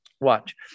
Watch